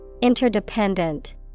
Interdependent